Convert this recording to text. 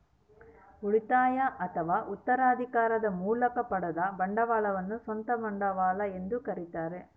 ಉಳಿತಾಯ ಅಥವಾ ಉತ್ತರಾಧಿಕಾರದ ಮೂಲಕ ಪಡೆದ ಬಂಡವಾಳವನ್ನು ಸ್ವಂತ ಬಂಡವಾಳ ಎಂದು ಕರೀತಾರ